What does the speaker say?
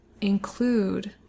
include